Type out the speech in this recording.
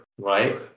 Right